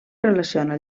relaciona